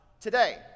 today